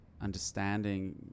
understanding